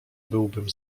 byłbym